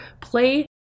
play